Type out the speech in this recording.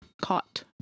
caught